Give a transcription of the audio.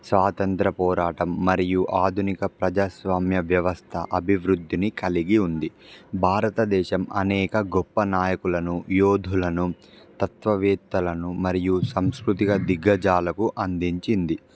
స్వాతంత్ర పోరాటం మరియు ఆధునిక ప్రజాస్వామ్య వ్యవస్థ అభివృద్ధిని కలిగి ఉంది భారతదేశం అనేక గొప్ప నాయకులను యోధులను తత్వవేత్తలను మరియు సంస్కృతిక దిగ్గజాలకు అందించింది